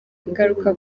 ingaruka